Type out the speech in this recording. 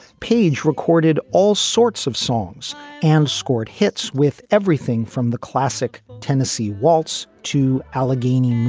page recorded all sorts of songs and scored hits with everything from the classic tennessee waltz to alleghany.